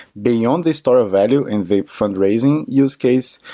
being on the store of value in the fundraising use case,